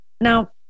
Now